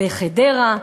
בחדרה,